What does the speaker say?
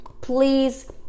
Please